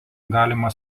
galima